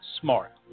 Smart